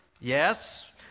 Yes